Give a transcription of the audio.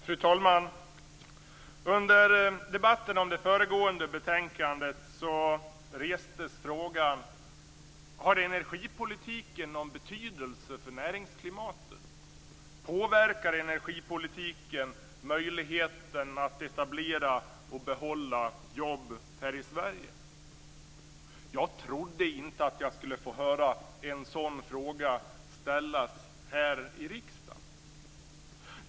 Fru talman! Under debatten om det föregående betänkandet restes frågan: Har energipolitiken någon betydelse för näringsklimatet? Påverkar energipolitiken möjligheten att etablera och behålla jobb här i Sverige? Jag trodde inte att jag skulle få höra en sådan fråga ställas här i riksdagen.